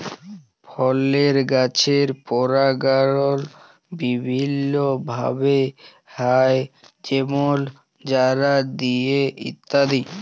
ফলের গাছের পরাগায়ল বিভিল্য ভাবে হ্যয় যেমল হায়া দিয়ে ইত্যাদি